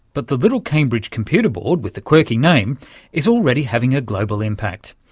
but the little cambridge computer board with the quirky name is already having a global impact.